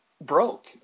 broke